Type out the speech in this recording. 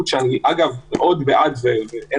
אין